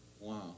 Wow